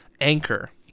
Anchor